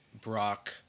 Brock